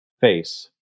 face